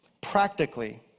practically